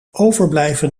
overblijven